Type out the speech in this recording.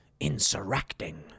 insurrecting